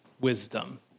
wisdom